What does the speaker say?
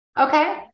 Okay